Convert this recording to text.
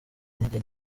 intege